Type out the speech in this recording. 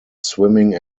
swimming